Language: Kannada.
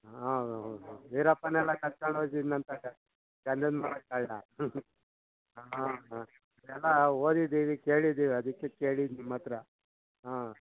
ಹಾಂ ಹ್ಞೂ ಹ್ಞೂ ವೀರಪ್ಪನ್ ಎಲ್ಲ ಕದ್ಕಂಡು ಹೋಗ್ತಿದ್ದನಂತಲ್ಲ ಗಂಧದ ಮರದ ಕಳ್ಳ ಹಾಂ ಹಾಂ ಇದೆಲ್ಲ ಓದಿದ್ದೀವಿ ಕೇಳಿದ್ದೀವಿ ಅದಕ್ಕೆ ಕೇಳಿದ ನಿಮ್ಮ ಹತ್ತಿರ ಹಾಂ